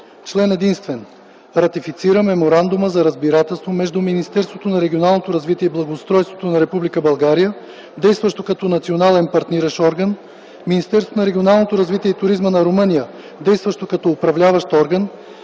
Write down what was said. Член единствен. Ратифицира Меморандума за разбирателство между Министерството на регионалното развитие и благоустройството на Република България, действащо като Национален партниращ орган, Министерството на регионалното развитие и туризма на Румъния, действащо като Управляващ орган,